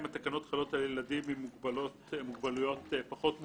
האם התקנות חלות על ילדים עם מוגבלויות פחות מורכבות,